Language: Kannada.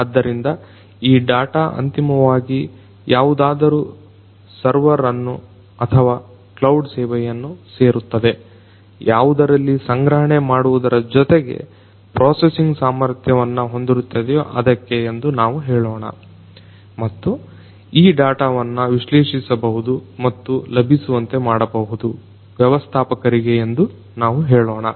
ಆದ್ದರಿಂದ ಈ ಡಾಟ ಅಂತಿಮವಾಗಿ ಯಾವುದಾದರು ಸರ್ವರ್ಅನ್ನು ಅಥವಾ ಕ್ಲೌಡ್ ಸೇವೆಯನ್ನ ಸೇರುತ್ತದೆ ಯಾವುದರಲ್ಲಿ ಸಂಗ್ರಹಣೆ ಮಾಡುವುದರ ಜೊತೆಗೆ ಪ್ರೊಸೆಸ್ಸಿಂಗ್ ಸಾಮರ್ಥ್ಯವನ್ನು ಹೊಂದಿರುತ್ತದೆಯೋ ಅದಕ್ಕೆ ಎಂದು ನಾವು ಹೇಳೊಣ ಮತ್ತು ಈ ಡಾಟವನ್ನ ವಿಶ್ಲೇಷಿಸಬಹುದು ಮತ್ತು ಲಭಿಸುವಂತೆ ಮಾಡಬಹುದು ವ್ಯವಸ್ಥಾಪಕರಿಗೆ ಎಂದು ನಾವು ಹೇಳೊಣ